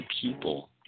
people